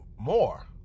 more